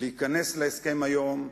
להיכנס להסכם היום,